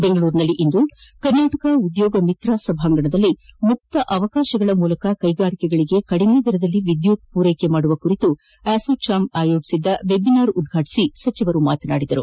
ಬೆಂಗಳೂರಿನಲ್ಲಿಂದು ಕರ್ನಾಟಕ ಉದ್ಯೋಗ ಮಿತ್ರ ಸಭಾಂಗಣದಲ್ಲಿ ಮುಕ್ತ ಅವಕಾಶದ ಮೂಲಕ ಕೈಗಾರಿಕೆಗಳಿಗೆ ಕಡಿಮೆ ದರದಲ್ಲಿ ವಿದ್ಯುತ್ ಪೂರೈಸುವ ಕುರಿತು ಅಸೋಚಾಮ್ ಆಯೋಜಿಸಿದ್ದ ವೆಬಿನಾರ್ ಉದ್ಘಾಟಿಸಿ ಮಾತನಾಡಿದರು